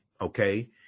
okay